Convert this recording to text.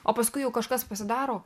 o paskui jau kažkas pasidaro